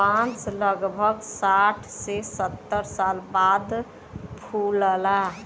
बांस लगभग साठ से सत्तर साल बाद फुलला